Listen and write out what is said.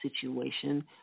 situation